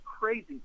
crazy